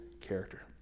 character